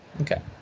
Okay